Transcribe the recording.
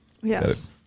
Yes